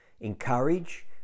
encourage